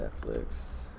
Netflix